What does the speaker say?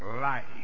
life